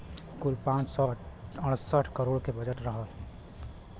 कुल पाँच सौ अड़सठ करोड़ के बजट रहल